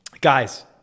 guys